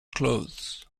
clothes